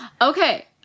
Okay